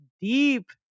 deep